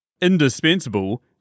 indispensable